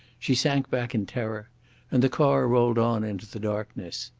she sank back in terror and the car rolled on into the darkness.